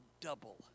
double